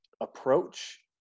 approach